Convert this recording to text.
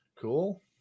Cool